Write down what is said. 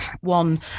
one